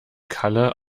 kalle